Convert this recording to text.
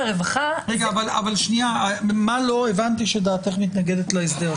הרווחה --- מה לא הבנתי שדעתך מתנגדת להסדר?